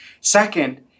Second